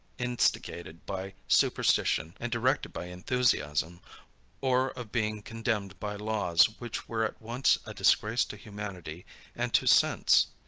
instigated by superstition and directed by enthusiasm or of being condemned by laws, which were at once a disgrace to humanity and to sense.